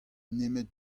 nemet